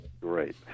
Great